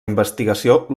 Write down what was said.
investigació